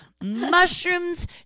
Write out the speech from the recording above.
mushrooms